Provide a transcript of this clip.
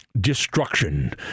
Destruction